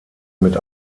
mit